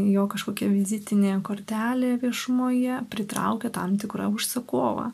jo kažkokia vizitinė kortelė viešumoje pritraukia tam tikrą užsakovą